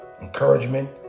encouragement